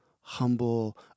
humble